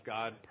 God